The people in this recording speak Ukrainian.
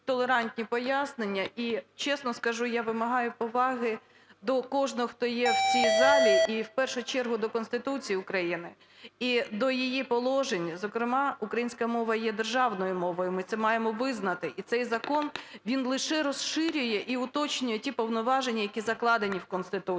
толерантні пояснення. І чесно скажу, я вимагаю поваги до кожного, хто є в цій залі. І в першу чергу до Конституції України і до її положень. Зокрема, українська мова є державною мовою, ми це маємо визнати. І цей закон, він лише розширює і уточнює ті повноваження, які закладені в Конституції.